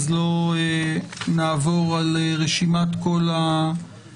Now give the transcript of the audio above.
אז לא נעבור על רשימת כל המשתתפים.